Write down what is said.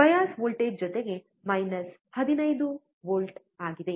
bias voltage ಜೊತೆಗೆ minus 15 volt ಆಗಿದೆ